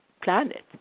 planet